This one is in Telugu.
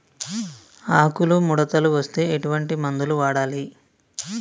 ఆకులు ముడతలు వస్తే ఎటువంటి మందులు వాడాలి?